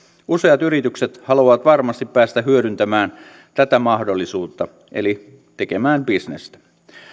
useat yritykset haluavat varmasti päästä hyödyntämään tätä mahdollisuutta eli tekemään bisnestä